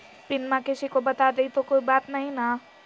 पिनमा किसी को बता देई तो कोइ बात नहि ना?